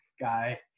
guy